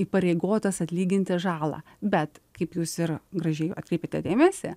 įpareigotas atlyginti žalą bet kaip jūs ir gražiai atkreipkite dėmesį